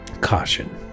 caution